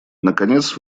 наконец